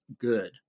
good